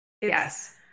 Yes